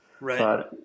Right